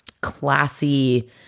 classy